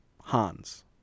Hans